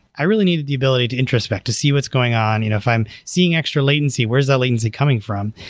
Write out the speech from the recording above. i really need the ability to introspect to see what's going on. you know if i'm seeing extra latency, where is that latency coming from?